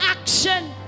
action